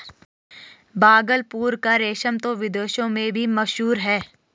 भागलपुर का रेशम तो विदेशों में भी मशहूर है